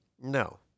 No